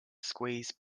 squeeze